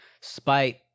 spite